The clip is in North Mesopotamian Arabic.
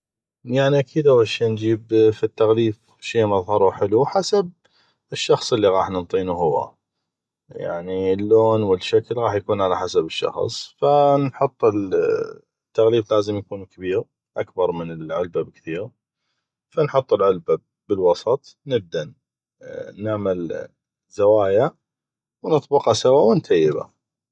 يعني اكيد أول شي نجيب فد تغليف شي مظهرو حلو حسب الشخص اللي غاح ننطينو هو يعني اللون والشكل يكون على حسب الشخص ف نحط التغليف لازم يكون كبيغ اكبغ من العلبه بكثيغ فنحط العلبه بالوسط نبدا نعمل زوايه ونطبقه سوا ونتيبه